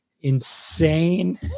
insane